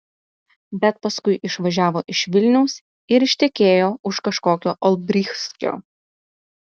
bet paskui išvažiavo iš vilniaus ir ištekėjo už kažkokio olbrychskio